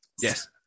Yes